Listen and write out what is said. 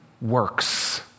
works